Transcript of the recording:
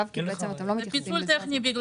זה תיקון טכני.